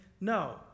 No